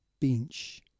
bench